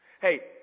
Hey